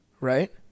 Right